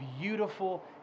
beautiful